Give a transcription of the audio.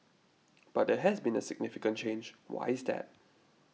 but there has been a significant change why is that